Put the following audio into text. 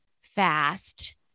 fast